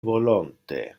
volonte